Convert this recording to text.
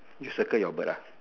just circle your bird lah